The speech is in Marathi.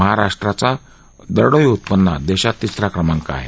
महाराष्ट्राचा दरडोई उत्पन्नात देशात तिसरा क्रमांक आहे